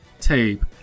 tape